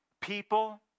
people